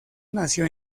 nació